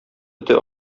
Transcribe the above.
эте